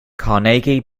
carnegie